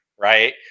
right